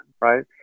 right